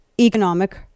economic